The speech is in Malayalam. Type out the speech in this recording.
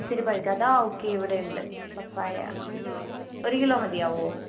ഒത്തിരി പഴുകാത്ത ആ ഓക്കേ ഇവിടെ ഉണ്ട് പപ്പായ ഒരു കിലോ മതിയാകുമോ